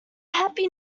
happy